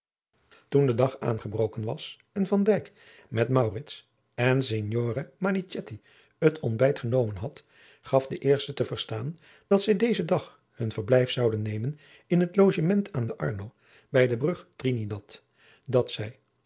toen de dag aangebroken was en van dijk met maurits en signore manichetti het ontbijt genomen had gaf de eerste te verstaan dat zij dezen dag hun verblijf zouden nemen in het logement aan de arno bij de brug trinidat dat zij